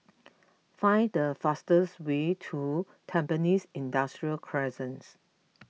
find the fastest way to Tampines Industrial Crescent